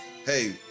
Hey